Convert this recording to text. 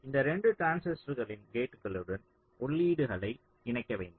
இந்த 2 டிரான்சிஸ்டர்களின் கேட்களுடன் உள்ளீடுகளை இணைக்க வேண்டும்